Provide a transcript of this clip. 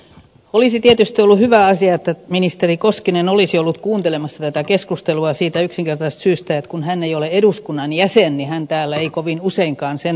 olisi tietysti ollut hyvä asia että ministeri koskinen olisi ollut kuuntelemassa tätä keskustelua siitä yksinkertaisesta syystä että kun hän ei ole eduskunnan jäsen niin hän täällä ei kovinkaan usein sen takia käy